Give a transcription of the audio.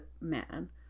man